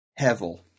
hevel